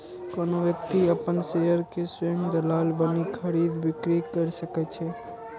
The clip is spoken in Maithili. कोनो व्यक्ति अपन शेयर के स्वयं दलाल बनि खरीद, बिक्री कैर सकै छै